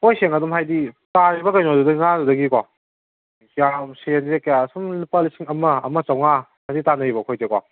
ꯊꯝꯃꯣꯏ ꯁꯦꯡꯅ ꯑꯗꯨꯝ ꯍꯥꯏꯕꯤꯒꯦ ꯇꯥꯔꯤꯕ ꯀꯩꯅꯣꯗꯨꯗꯒꯤ ꯉꯥꯗꯨꯗꯒꯤꯀꯣ ꯌꯥꯝ ꯁꯦꯟꯁꯦ ꯀꯌꯥ ꯁꯨꯝ ꯂꯨꯄꯥ ꯂꯤꯁꯤꯡ ꯑꯃ ꯑꯃ ꯆꯥꯝꯃꯉꯥꯗꯤ ꯇꯥꯅꯩꯕ ꯑꯩꯈꯣꯏꯁꯦꯀꯣ